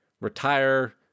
retire